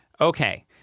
Okay